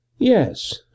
Yes